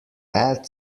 add